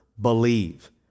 Believe